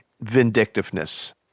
vindictiveness